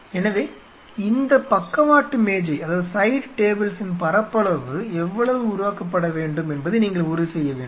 எனவே இந்த பக்கவாட்டு மேஜையின் பரப்பளவு எவ்வளவு உருவாக்கப்படவேண்டும் என்பதை நீங்கள் உறுதி செய்ய வேண்டும்